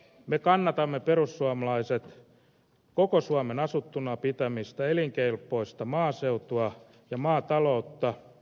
me perussuomalaiset kannatamme koko suomen asuttuna pitämistä elinkelpoista maaseutua ja maataloutta